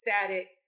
Static